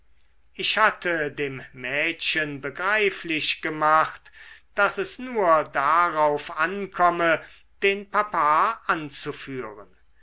ich hatte dem mädchen begreiflich gemacht daß es nur darauf ankomme den papa anzuführen